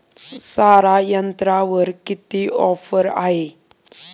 सारा यंत्रावर किती ऑफर आहे?